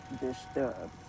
disturbed